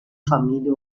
familia